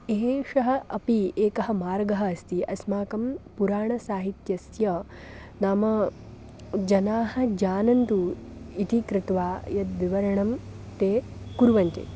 एषः अपि एकः मार्गः अस्ति अस्माकं पुराणसाहित्यस्य नाम जनाः जानन्तु इति कृत्वा यद् विवरणं ते कुर्वन्ति